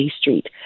Street